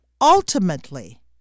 ultimately